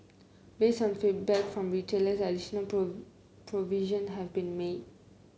based on feedback from retailers additional provision have been made